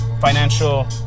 Financial